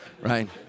right